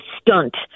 stunt